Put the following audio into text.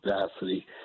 capacity